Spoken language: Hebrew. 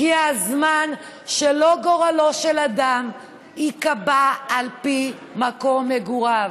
הגיע הזמן שגורלו של אדם לא ייקבע על פי מקום מגוריו.